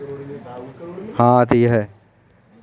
injection के परिणामस्वरूप दैनिक विनिमय दर में गिरावट आई